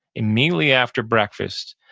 immediately after breakfast,